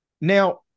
now